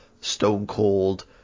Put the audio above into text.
stone-cold